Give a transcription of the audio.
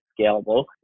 scalable